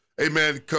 amen